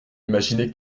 imaginer